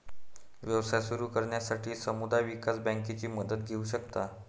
व्यवसाय सुरू करण्यासाठी समुदाय विकास बँकेची मदत घेऊ शकता